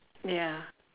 ya